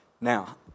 Now